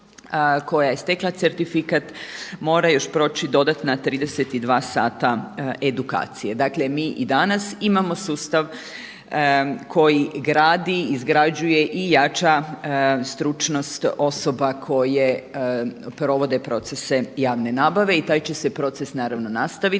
koja je stekla certifikat mora još proći dodatna 32 sata edukacije. Dakle, mi i danas imamo sustav koji gradi, izgrađuje i jača stručnost osoba koje provode procese javne nabave i taj će se proces naravno nastaviti.